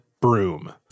broom